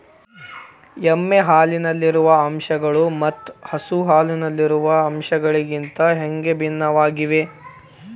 ಎಮ್ಮೆ ಹಾಲಿನಲ್ಲಿರುವ ಅಂಶಗಳು ಮತ್ತ ಹಸು ಹಾಲಿನಲ್ಲಿರುವ ಅಂಶಗಳಿಗಿಂತ ಹ್ಯಾಂಗ ಭಿನ್ನವಾಗಿವೆ?